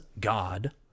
God